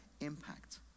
impact